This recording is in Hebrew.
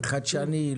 חדשני,